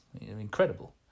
Incredible